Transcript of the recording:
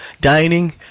dining